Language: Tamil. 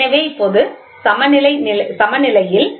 எனவே இப்போது சம நிலையில் d T c